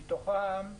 מתוכם,